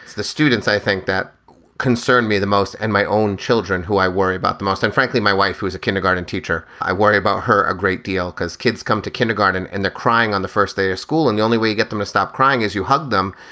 the students i think, that concern me the most and my own children who i worry about the most. and frankly, my wife, who is a kindergarten teacher, i worry about her a great deal because kids come to kindergarten and the crying on the first day of school and the only way to get them to stop crying is you hug them.